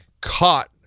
caught